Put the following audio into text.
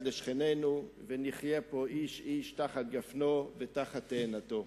לשכנינו ונחיה פה איש איש תחת גפנו ותחת תאנתו.